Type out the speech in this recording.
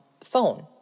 phone